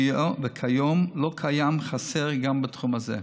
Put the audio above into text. וכיום לא קיים חסר גם בתחום זה.